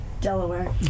Delaware